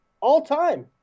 all-time